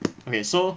okay so